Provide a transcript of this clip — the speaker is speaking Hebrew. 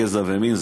גזע ומין.